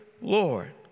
Lord